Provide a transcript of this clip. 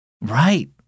Right